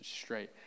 straight